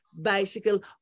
bicycle